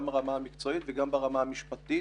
גם ברמה המקצועית וגם ברמה המשפטית